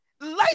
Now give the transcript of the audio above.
light